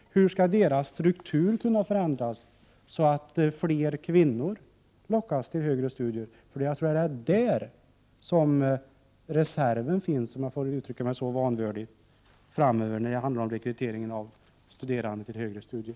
Hur skall deras struktur kunna förändras, så att fler kvinnor lockas till högre studier? Det är där som reserven finns, om jag får uttrycka mig så vanvördigt, i fråga om rekrytering till högre studier.